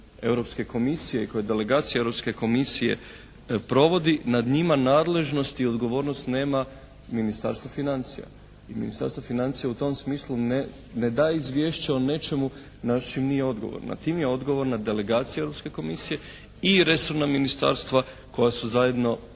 i kao delegacija Europske komisije provodi nad njima nadležnost i odgovornost nema Ministarstvo financija i Ministarstvo financija u tom smislu ne daje izvješće o nečemu, znači nije odgovorno, nad tim je odgovorna delegacija Europske komisije i resorna ministarstva koja su zajedno